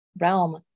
realm